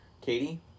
Katie